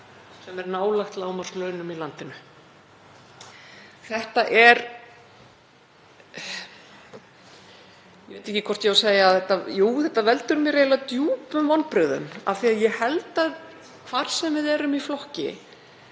sem er nálægt lágmarkslaunum í landinu. Ég veit ekki hvort ég á að segja þetta, en jú, þetta veldur mér eiginlega djúpum vonbrigðum af því að ég held að hvar sem við erum í flokki